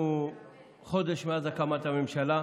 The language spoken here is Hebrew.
אנחנו חודש מאז הקמת הממשלה,